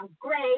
great